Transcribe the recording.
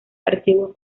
archivos